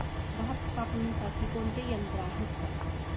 भात कापणीसाठी कोणते यंत्र आहेत का?